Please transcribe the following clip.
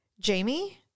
jamie